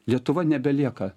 lietuva nebelieka